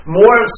more